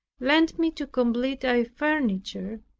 lent me to complete our furniture,